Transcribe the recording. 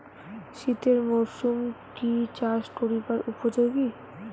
শীতের মরসুম কি চাষ করিবার উপযোগী?